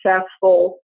successful